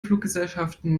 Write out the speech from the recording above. fluggesellschaften